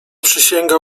przysięga